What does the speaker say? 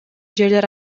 жерлер